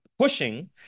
pushing